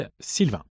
Sylvain